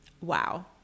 Wow